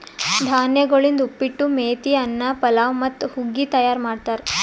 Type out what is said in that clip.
ಧಾನ್ಯಗೊಳಿಂದ್ ಉಪ್ಪಿಟ್ಟು, ಮೇತಿ ಅನ್ನ, ಪಲಾವ್ ಮತ್ತ ಹುಗ್ಗಿ ತೈಯಾರ್ ಮಾಡ್ತಾರ್